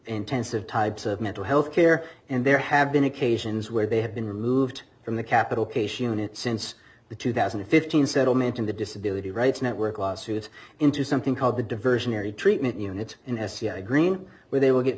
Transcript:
intensive types of mental health care and there have been occasions where they have been removed from the capital case unit since the two thousand and fifteen settlement in the disability rights network lawsuits into something called the diversionary treatment unit in sci green where they will get